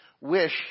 wish